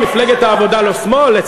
מפלגת העבודה לא שמאל?